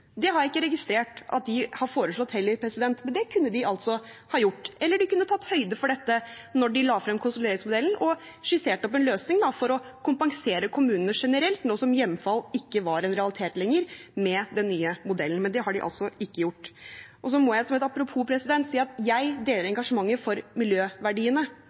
Det har jeg heller ikke registrert at de har foreslått, men det kunne de ha gjort, eller de kunne tatt høyde for dette da de la frem konsolideringsmodellen, og skissert opp en løsning for å kompensere kommunene generelt, nå som hjemfall med den nye modellen ikke lenger var en realitet. Men det har de altså ikke gjort. Så må jeg som et apropos si at jeg deler engasjementet for miljøverdiene.